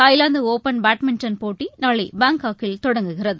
தாய்லாந்துடுபன் badminton போட்டிநாளைபாங்காக்கில் தொடங்குகிறது